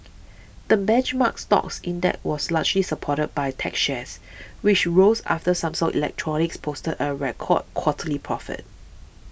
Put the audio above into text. the benchmark stocks index was largely supported by tech shares which rose after Samsung Electronics posted a record quarterly profit